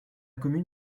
commune